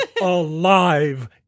alive